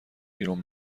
بیرون